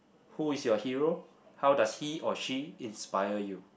who is your hero how does he or she inspire you